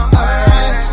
alright